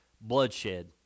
bloodshed